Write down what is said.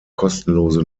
kostenlose